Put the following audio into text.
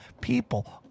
people